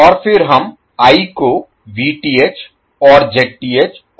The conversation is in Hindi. और फिर हम I को Vth और Zth और ZL के संदर्भ में लिखते हैं